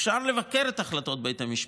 אפשר לבקר את החלטות בית המשפט,